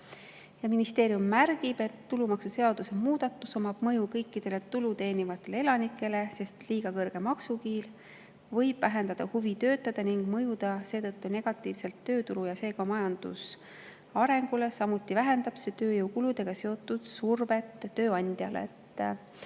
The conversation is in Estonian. Ministeerium märgib, et tulumaksuseaduse muudatus omab mõju kõikidele tulu teenivatele elanikele, sest liiga kõrge maksuküür võib vähendada huvi töötada ning mõjuda seetõttu negatiivselt tööturu ja seega majanduse arengule. Samuti vähendab see tööjõukuludega seotud survet tööandjale.